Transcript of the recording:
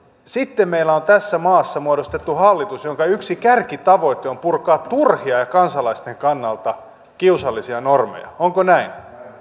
sitten meillä on tässä maassa muodostettu hallitus jonka yksi kärkitavoite on purkaa turhia ja kansalaisten kannalta kiusallisia normeja onko näin näin